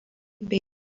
bei